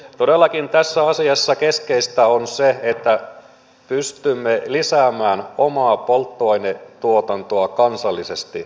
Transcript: todellakin tässä asiassa keskeistä on se että pystymme lisäämään omaa polttoainetuotantoamme kansallisesti